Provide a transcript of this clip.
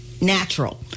natural